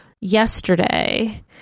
yesterday